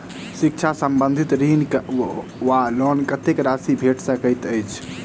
शिक्षा संबंधित ऋण वा लोन कत्तेक राशि भेट सकैत अछि?